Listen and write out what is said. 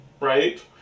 right